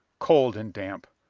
cold and damp!